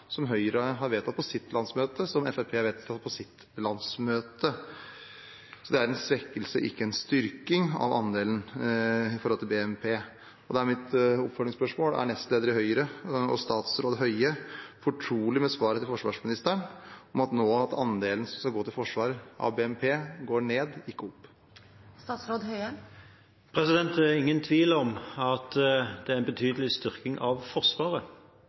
som Høyre har vedtatt på sitt landsmøte, og som Fremskrittspartiet har vedtatt på sitt landsmøte. Det er en svekkelse, ikke en styrking av andelen av BNP. Da er mitt oppfølgingsspørsmål: Er nestleder i Høyre og statsråd Høie fortrolig med svaret til forsvarsministeren om at andelen av BNP som skal gå til forsvar, går ned, ikke opp? Det er ingen tvil om at det er en betydelig styrking av forsvaret.